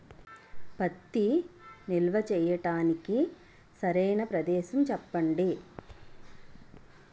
పత్తి నిల్వ చేయటానికి సరైన ప్రదేశం చెప్పండి?